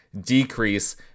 decrease